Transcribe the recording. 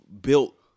built